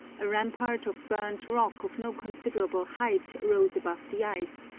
a rampart of burnt rock of no considerable height rose above the ice,